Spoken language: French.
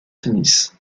tennis